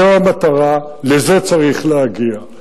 זו המטרה, לזה צריך להגיע.